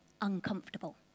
uncomfortable